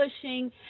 pushing